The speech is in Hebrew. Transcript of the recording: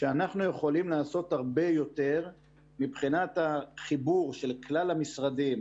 שאנחנו יכולים לעשות הרבה יותר מבחינת החיבור של כלל המשרדים